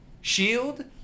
shield